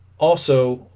also